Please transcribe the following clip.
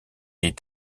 est